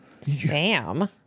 sam